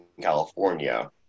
California